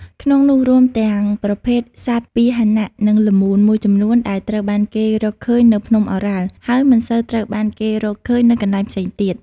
ក្នុងនោះ រួមទាំងប្រភេទសត្វពាហន និងល្មូនមួយចំនួនដែលត្រូវបានគេរកឃើញនៅភ្នំឱរ៉ាល់ ហើយមិនសូវត្រូវបានគេរកឃើញនៅកន្លែងផ្សេងទៀត។